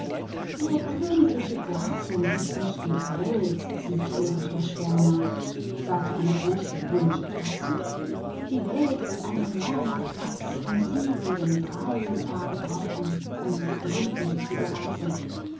königs garten ist nicht die welt du verrückter schwärmer sagte eine große römische kerze die welt ist ein riesengroßer platz und du würdest drei tage brauchen um sie ganz zu